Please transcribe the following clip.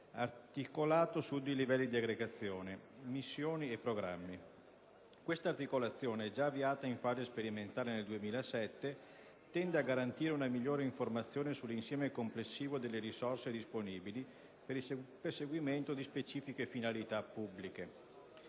articolato su due livelli di aggregazione: missioni e programmi. Questa articolazione, già avviata in fase sperimentale nel 2007, tende a garantire una migliore informazione sull'insieme complessivo delle risorse disponibili per il perseguimento di specifiche finalità pubbliche.